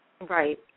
Right